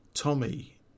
Tommy